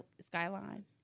Skyline